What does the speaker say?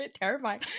terrifying